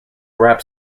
wrap